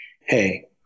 hey